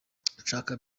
nshaka